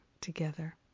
together